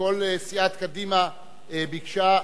שכל סיעת קדימה ביקשה,